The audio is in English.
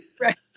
right